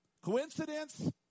Coincidence